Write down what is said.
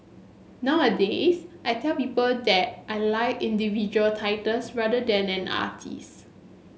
nowadays I tell people that I like individual titles rather than an artist